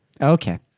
Okay